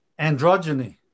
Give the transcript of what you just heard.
androgyny